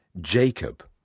Jacob